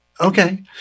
okay